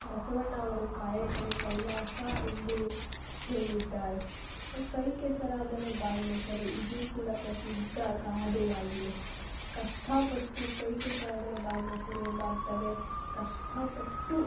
ಬಸವಣ್ಣ ಅವರು ಕಾಯಕವೇ ಕೈಲಾಸ ಎಂದು ಹೇಳಿದ್ದಾರೆ ಕೈ ಕೆಸರಾದರೆ ಬಾಯಿ ಮೊಸರು ಇದು ಕೂಡ ಪ್ರಸಿದ್ಧ ಗಾದೆಯಾಗಿದೆ ಕಷ್ಟಪಟ್ಟು ಕೈ ಕೆಸರಾದರೆ ಬಾಯಿ ಮೊಸರು ಎಂಬ ಅರ್ಥವೇ ಕಷ್ಟಪಟ್ಟು